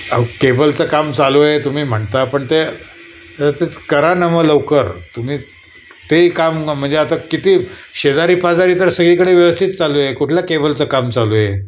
अहो केबलचं काम चालू आहे तुम्ही म्हणता पण ते ते करा न मग लवकर तुम्ही ते काम म्हणजे आता किती शेजारीपाजारी तर सगळीकडे व्यवस्थित चालू आहे कुठलं केबलचं काम चालू आहे